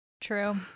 True